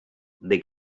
they